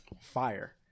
fire